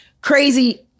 crazy